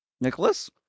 Nicholas